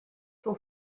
son